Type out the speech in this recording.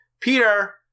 peter